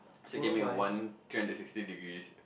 so can make a one three hundred sixty degrees